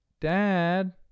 Dad